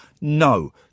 No